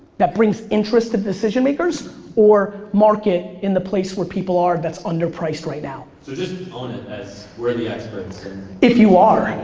that brings interest to decision makers or market in the place where people are that's underpriced right now. so just own it as we're the experts if you are. and